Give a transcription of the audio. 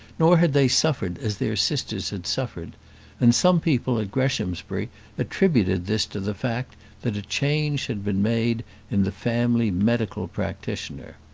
nor had they suffered as their sisters had suffered and some people at greshamsbury attributed this to the fact that a change had been made in the family medical practitioner.